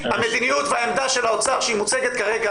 המדיניות והעמדה של האוצר שהיא מוצגת כרגע